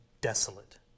desolate